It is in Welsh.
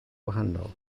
wahanol